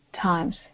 times